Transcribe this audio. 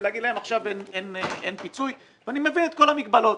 ולומר להם שעכשיו אין פיצוי ואני מבין את כל המגבלות.